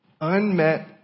Unmet